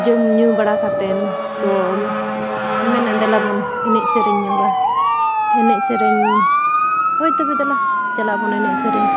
ᱡᱚᱢᱼᱧᱩ ᱵᱟᱲᱟ ᱠᱟᱛᱮᱫ ᱠᱚ ᱢᱮᱱᱟ ᱫᱮᱞᱟ ᱵᱚᱱ ᱮᱱᱮᱡᱼᱥᱮᱨᱮᱧ ᱧᱚᱜᱟ ᱮᱱᱮᱡᱼᱥᱮᱨᱮᱧ ᱦᱳᱭ ᱛᱚᱵᱮ ᱫᱮᱞᱟ ᱪᱟᱞᱟᱜ ᱟᱵᱚᱱ ᱮᱱᱮᱡᱼᱥᱮᱨᱮᱧ